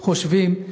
חושבים.